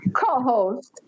co-host